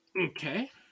Okay